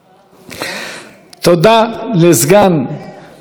תודה לסגן מזכירת הכנסת.